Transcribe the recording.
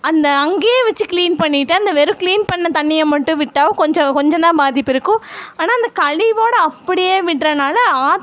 அந்த அங்கே வச்சுக் கிளீன் பண்ணிட்டு அந்த வெறும் கிளீன் பண்ண தண்ணியை மட்டும் விட்டால் கொஞ்சம் கொஞ்சம் தான் பாதிப்பு இருக்கும் ஆனால் இந்த கழிவோடு அப்படியே விட்டுறனால ஆத்